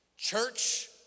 Church